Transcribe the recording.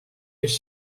mis